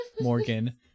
Morgan